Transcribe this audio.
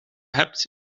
hebt